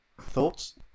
thoughts